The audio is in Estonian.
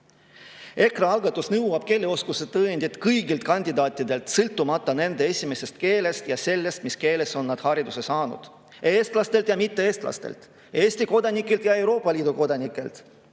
EKRE algatus nõuab keeleoskuse tõendit kõigilt kandidaatidelt, sõltumata nende esimesest keelest ja sellest, mis keeles on nad hariduse saanud, eestlastelt ja mitte-eestlastelt, Eesti kodanikelt ja Euroopa Liidu kodanikelt.